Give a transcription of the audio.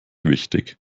wichtig